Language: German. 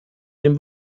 dem